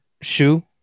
shoe